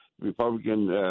republican